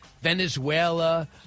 Venezuela